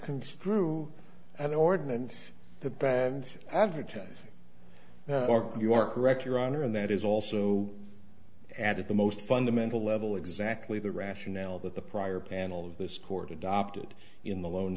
construe an ordinance the bands advertise you are correct your honor and that is also at the most fundamental level exactly the rationale that the prior panel of this court adopted in the lone